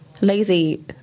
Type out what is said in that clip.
lazy